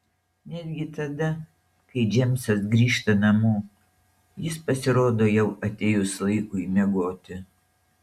netgi tada kai džeimsas grįžta namo jis pasirodo jau atėjus laikui miegoti